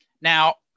Now